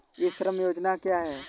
ई श्रम योजना क्या है?